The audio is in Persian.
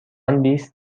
بیست